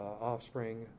offspring